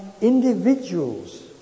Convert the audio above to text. individuals